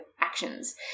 actions